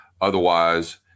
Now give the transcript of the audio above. Otherwise